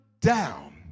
down